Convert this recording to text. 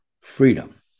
freedom